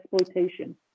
exploitation